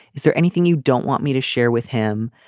is there anything you don't want me to share with him.